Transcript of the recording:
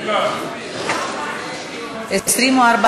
חוק הביטוח הלאומי (תיקון מס' 173),